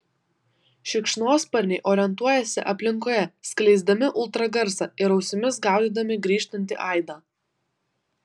šikšnosparniai orientuojasi aplinkoje skleisdami ultragarsą ir ausimis gaudydami grįžtantį aidą